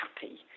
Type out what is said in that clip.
happy